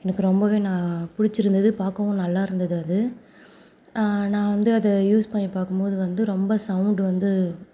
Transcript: எனக்கு ரொம்பவே நான் பிடிச்சிருந்தது பார்க்கவும் நல்லாயிருந்தது அது நான் வந்து அது யூஸ் பண்ணி பார்க்கும்போது வந்து ரொம்ப சௌண்ட் வந்து